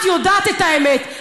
את יודעת את האמת,